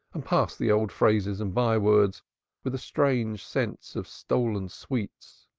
and pass the old phrases and by-words with a strange sense of stolen sweets